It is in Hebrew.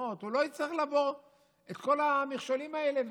קומות הוא לא יצטרך לעבור את כל המכשולים האלה,